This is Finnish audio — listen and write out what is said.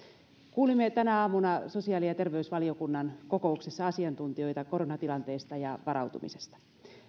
kuulimme tänä aamuna sosiaali ja terveysvaliokunnan kokouksessa asiantuntijoita koronatilanteesta ja varautumisesta